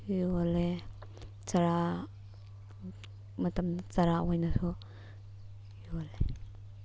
ꯌꯣꯂꯦ ꯆꯥꯔꯥ ꯃꯇꯝꯗ ꯆꯥꯔꯥ ꯑꯣꯏꯅꯁꯨ ꯌꯣꯂꯦ